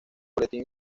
boletín